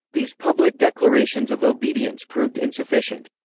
these public declarations of obedience proved insufficient.